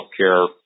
healthcare